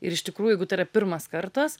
ir iš tikrųjų jeigu tai yra pirmas kartas